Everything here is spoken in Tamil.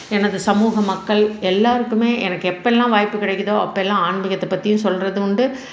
எனது சமூக மக்கள் எல்லாருக்குமே எனக்கு எப்பெல்லாம் வாய்ப்பு கிடைக்குதோ அப்பெல்லாம் ஆன்மீகத்தை பற்றி சொல்கிறதும் உண்டு